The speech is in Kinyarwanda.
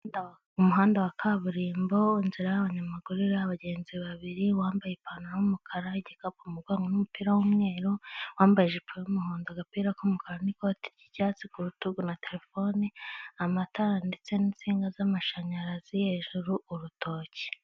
Umuhanda wa kaburimbo inzira y'abanyamaguru iriho abagenzi babiri, uwambaye ipantaro y'umukara igikapu n'umupira w'umweru, uwambaye ijipo y'umuhondo agapira k'umukara n'ikoti ry'icyatsi ku rutugu na terefone, amatara ndetse n'insinga z'amashanyarazi hejuru urutoki.